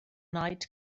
night